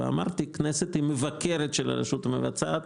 אמרתי שהכנסת היא המבקרת של הרשות המבצעת,